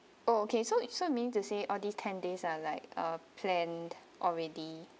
oh okay so so you mean to say all these ten days are like ah planned already